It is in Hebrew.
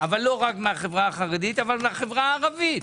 אבל לא רק, אבל מהחברה הערבית.